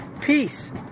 peace